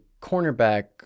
cornerback